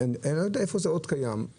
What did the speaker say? אני לא יודע איפה קיים עוד מצב,